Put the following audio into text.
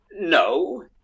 no